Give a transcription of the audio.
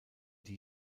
die